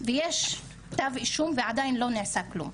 ויש כתב אישום ועדיין לא נעשה כלום.